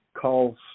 calls